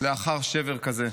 לאחר שבר כזה.